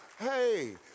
hey